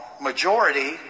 majority